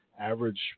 average